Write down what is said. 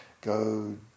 go